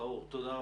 תודה רבה.